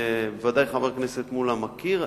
ודאי חבר הכנסת מולה מכיר,